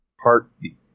heartbeat